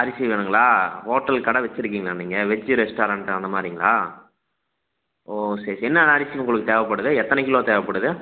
அரிசி வேணுங்ளா ஹோட்டல் கடை வச்சிருக்கீங்ளா நீங்கள் வெஜ்ஜி ரெஸ்ட்டாரெண்ட்டு அந்தமாதிரிங்ளா ஓ சரி என்னென்ன அரிசி உங்களுக்கு தேவைப்படுது எத்தனை கிலோ தேவைப்படுது